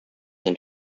and